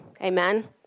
Amen